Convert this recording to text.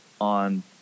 on